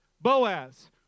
Boaz